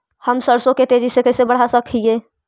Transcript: हम सरसों के तेजी से कैसे बढ़ा सक हिय?